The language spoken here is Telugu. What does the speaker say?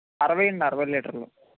అరవై అండి అరవై లీటర్లు